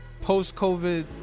post-COVID